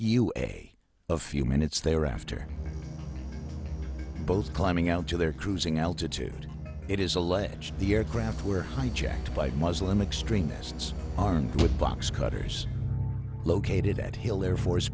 usa a few minutes they are after both climbing out to their cruising altitude it is alleged the aircraft were hijacked by muslim extremists armed with box cutters located at hill air force